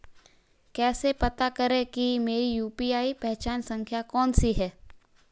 कैसे पता करें कि मेरी यू.पी.आई पहचान संख्या कौनसी है?